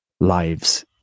lives